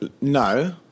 no